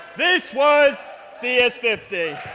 this was c s